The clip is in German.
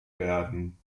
werden